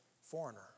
foreigner